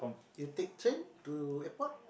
you take train to airport